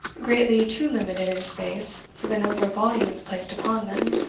greatly too limited in space for the number of volumes placed upon them,